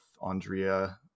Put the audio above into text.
Andrea